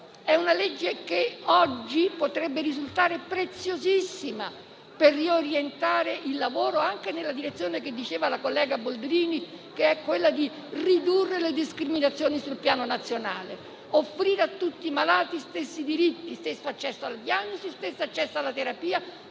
inattuata e oggi potrebbe risultare invece preziosissima per riorientare il lavoro, anche nella direzione suggerita dalla collega Boldrini, cioè quella di ridurre le discriminazioni sul piano nazionale: offrire a tutti i malati gli stessi diritti, lo stesso accesso alla diagnosi, lo stesso accesso alla terapia